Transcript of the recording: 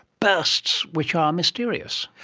bursts which are mysterious.